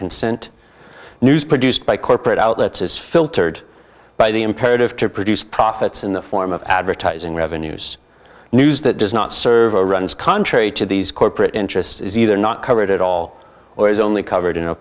consent news produced by corporate outlets is filtered by the imperative to produce profits in the form of advertising revenues news that does not serve a runs contrary to these corporate interests is either not covered at all or is only covered in a